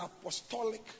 apostolic